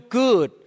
good